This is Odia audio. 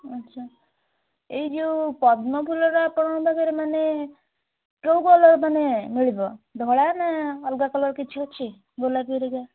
ଆଚ୍ଛା ଏଇ ଯେଉଁ ପଦ୍ମ ଫୁଲର ଆପଣଙ୍କ ପାଖରେ ମାନେ କେଉଁ କଲର୍ ମାନେ ମିଳିବ ଧଳା ନା ଅଲଗା କଲର୍ କିଛି ଅଛି ଗୋଲାପୀ ହେରିକା